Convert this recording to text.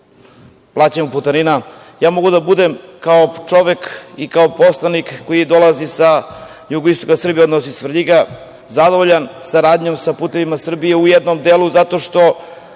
plaćanju putarina. Ja mogu da budem kao čovek i kao poslanik koji dolazi sa jugoistoka Srbije, odnosno iz Svrljiga, zadovoljan saradnjom sa „Putevima Srbije“ u jednom delu, zato što